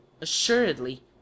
assuredly